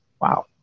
Wow